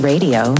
Radio